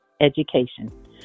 Education